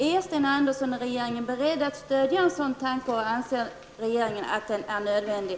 Är Sten Andersson och regeringen beredda att stödja en sådan tanke, och anser regeringen att den är nödvändig?